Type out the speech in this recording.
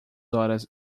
horas